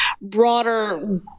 broader